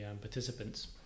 participants